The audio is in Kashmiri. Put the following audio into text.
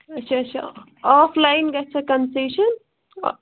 اَچھا اَچھا آف لایِن گژھیٛا کَنسیشَن